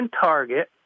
target